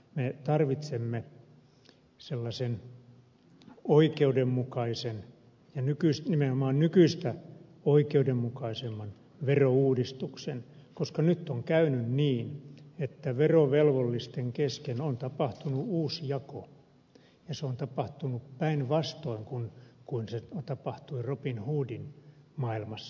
me tarvitsemme sellaisen oikeudenmukaisen ja nimenomaan nykyistä oikeudenmukaisemman verouudistuksen koska nyt on käynyt niin että verovelvollisten kesken on tapahtunut uusjako ja se on tapahtunut päinvastoin kuin se tapahtui robin hoodin maailmassa